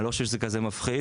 אני לא חושב שזה כזה מפחיד.